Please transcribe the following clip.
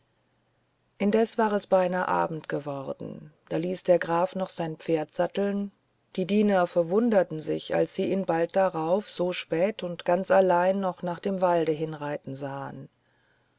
indes war es beinahe abend geworden da hieß der graf noch sein pferd satteln die diener verwunderten sich als sie ihn bald darauf so spät und ganz allein noch nach dem walde hinreiten sahen